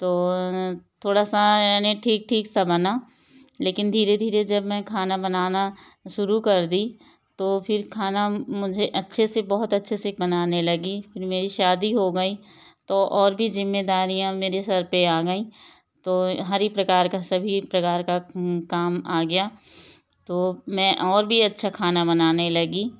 तो थोड़ा सा यानी ठीक ठीक सा बना लेकिन धीरे धीरे जब मैं खाना बनाना शुरू कर दी तो फिर खाना मुझे अच्छे से बहुत अच्छे से बनाने लगी फिर मेरी शादी हो गई तो और भी जिम्मेदारियाँ मेरे सर पे आ गई तो हर एक प्रकार का सभी प्रकार का काम आ गया तो मैं और भी अच्छा खाना बनाने लगी